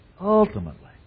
ultimately